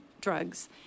drugs